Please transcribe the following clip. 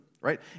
right